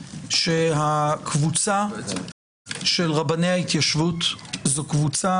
שהקבוצה של רבני ההתיישבות זו קבוצה